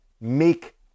make